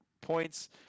points